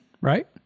right